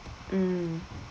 mm